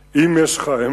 2. האם